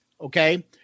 Okay